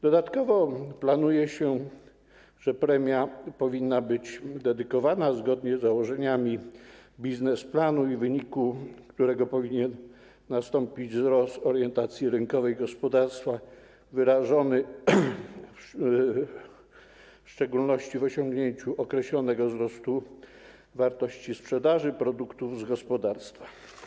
Dodatkowo planuje się, że premia powinna być wydatkowana zgodnie z założeniami biznesplanu, w wyniku którego powinien nastąpić wzrost orientacji rynkowej gospodarstwa wyrażony w szczególności w osiągnięciu określonego wzrostu wartości sprzedaży produktów z gospodarstwa.